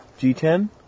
G10